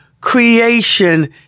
creation